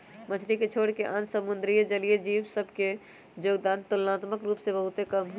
मछरी के छोरके आन समुद्री जलीय जीव सभ के जोगदान तुलनात्मक रूप से बहुते कम हइ